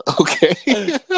Okay